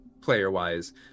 player-wise